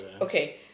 Okay